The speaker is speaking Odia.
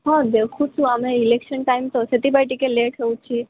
ହଁ ଦେଖୁଛୁ ଆମେ ଇଲେକ୍ସନ ଟାଇମ ତ ସେଥିପାଇଁ ଟିକେ ଲେଟ୍ ହେଉଛି